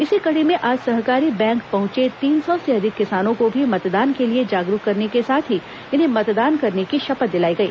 इसी कड़ी में आज सहकारी बैंक पहुंचे तीन सौ से अधिक किसानों को भी मतदान के लिए जागरूक करने को साथ ही इन्हें मतदान करने की शपथ दिलाई गई